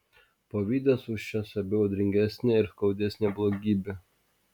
pavydas už šias abi audringesnė ir skaudesnė blogybė